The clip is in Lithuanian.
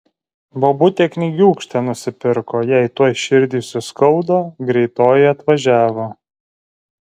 bobutė knygiūkštę nusipirko jai tuoj širdį suskaudo greitoji atvažiavo